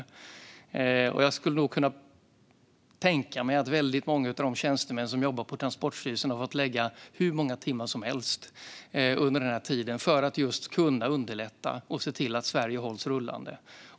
Jag kan tänka mig att många av de tjänstemän som jobbar på Transportstyrelsen har fått lägga hur många timmar som helst under denna tid på att underlätta och se till att Sverige hålls rullande.